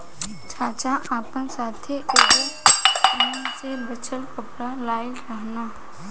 चाचा आपना साथै एगो उन से बनल कपड़ा लाइल रहन